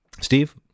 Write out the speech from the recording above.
Steve